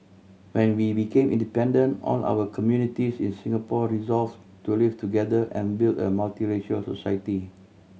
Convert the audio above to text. when we became independent all our communities in Singapore resolved to live together and build a multiracial society